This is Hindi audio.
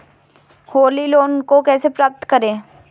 होली लोन को कैसे प्राप्त करें?